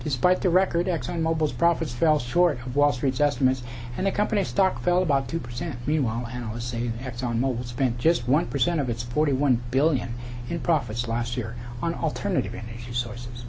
by the record exxon mobil's profits fell short of wall street's estimates and the company's stock fell about two percent meanwhile analysts say exxon mobil spent just one percent of its forty one billion in profits last year on alternative energy sources